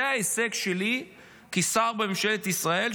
זה ההישג שלי כשר בממשלת ישראל,